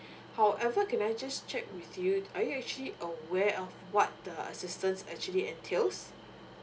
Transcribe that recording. however can I just check with you are you actually aware of what the assistance actually entails